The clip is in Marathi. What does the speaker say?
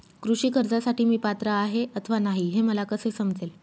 कृषी कर्जासाठी मी पात्र आहे अथवा नाही, हे मला कसे समजेल?